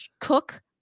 cook